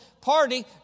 party